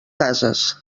cases